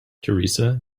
teresa